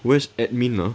where's admin ah